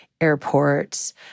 airports